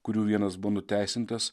kurių vienas buvo nuteisintas